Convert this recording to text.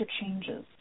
changes